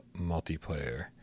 multiplayer